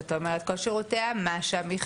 זאת אומרת כל שירותי המחשוב,